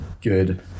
good